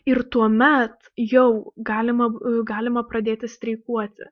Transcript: ir tuomet jau galima galima pradėti streikuoti